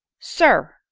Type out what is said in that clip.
sir,